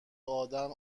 ادم